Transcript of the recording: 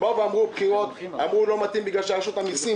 אמרו: יש בחירות, זה לא מתאים בגלל שרשות המסים